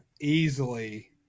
easily